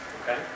Okay